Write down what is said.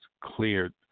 cleared